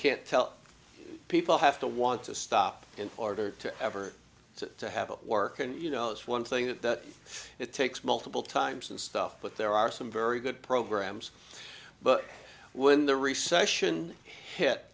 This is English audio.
can't tell people have to want to stop in order to ever to have a work and you know that's one thing that it takes multiple times and stuff but there are some very good programs but when the recession hit